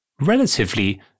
relatively